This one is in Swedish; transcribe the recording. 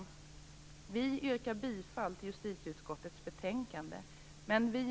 Vi i Vänsterpartiet yrkar bifall till justitieutskottets hemställan i betänkandet.